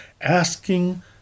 asking